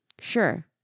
Sure